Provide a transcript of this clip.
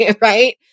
right